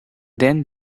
then